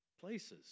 places